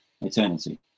eternity